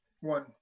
one